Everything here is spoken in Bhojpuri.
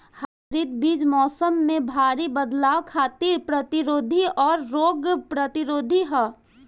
हाइब्रिड बीज मौसम में भारी बदलाव खातिर प्रतिरोधी आउर रोग प्रतिरोधी ह